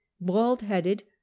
bald-headed